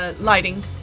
lighting